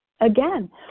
Again